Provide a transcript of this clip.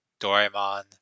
Doraemon